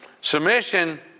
submission